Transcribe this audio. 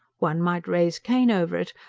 one might raise cain over it,